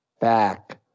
back